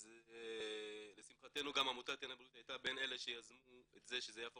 אז לשמחתנו גם עמותת טנא בריאות הייתה בין אלה שיזמו את זה שזה יהיה